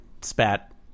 spat